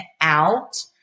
out